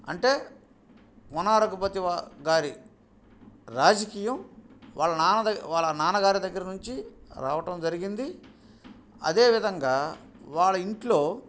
అంటే కోనా రఘుపతి గారి రాజకీయం వాళ్ళ నాన్న వాళ్ళ నాన్న గారి దగ్గర నుంచి రావడం జరిగింది అదేవిధంగా వాళ్ళ ఇంట్లో